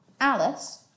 Alice